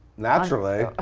naturally!